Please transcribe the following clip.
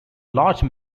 large